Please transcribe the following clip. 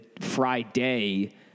Friday